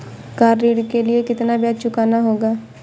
Car ऋण के लिए कितना ब्याज चुकाना होगा?